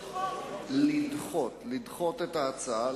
לדחות את ההצעה.